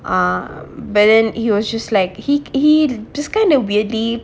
um but then he was just like he he'd just kind of weirdly